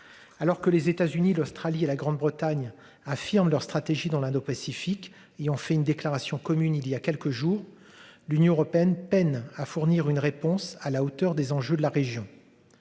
Alors que les États-Unis, l'Australie et la Grande-Bretagne. Affirment leur stratégie dans l'Indopacifique. Et en fait une déclaration commune. Il y a quelques jours l'Union Européenne peinent à fournir une réponse à la hauteur des enjeux de la région.